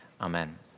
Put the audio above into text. Amen